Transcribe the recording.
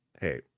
hey